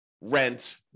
rent